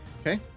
Okay